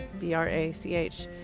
B-R-A-C-H